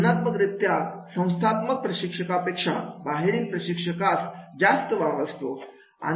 तुलनात्मक रित्या संस्थात्मक प्रशिक्षकापेक्षा बाहेरील प्रशिक्षकास जास्त वाव असतो